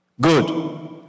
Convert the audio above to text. Good